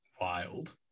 wild